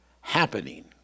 happening